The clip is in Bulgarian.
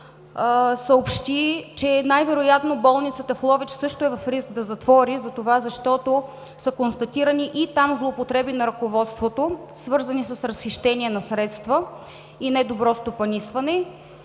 съобщи, че най-вероятно болницата в Ловеч също е в риск да затвори, защото са констатирани и там злоупотреби на ръководството, свързани с разхищение на средства и недобро стопанисване,